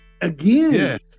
again